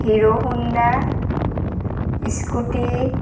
Hero Honda scooty